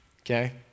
okay